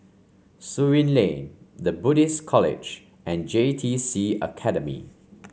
Surin Lane The Buddhist College and J T C Academy